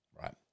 right